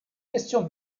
questions